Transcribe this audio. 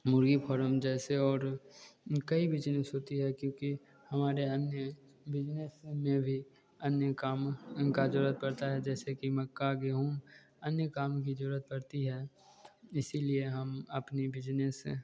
मुर्गी फोरम जैसे और कई बिजनेस होती है क्योंकि हमारे अन्य बिजनेस में भी अन्य काम उनकी ज़रुरत होती है जैसे मक्का गेहूँ अन्य काम की ज़रुरत पड़ती है इसीलिए हम अपनी बिजनेस